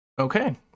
Okay